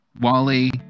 Wally